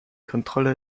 kontrolle